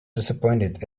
disappointed